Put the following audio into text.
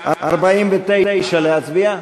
49, להצביע?